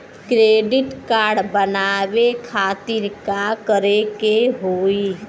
Credit card बनवावे खातिर का करे के होई?